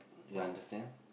you understand